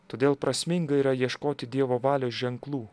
todėl prasminga yra ieškoti dievo valios ženklų